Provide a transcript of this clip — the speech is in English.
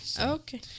Okay